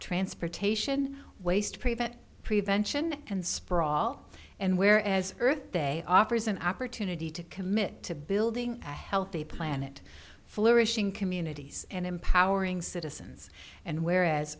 transportation waste prevent prevention and sprawl and where as earth day offers an opportunity to commit to building a healthy planet flourishing communities and empowering citizens and whereas